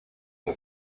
que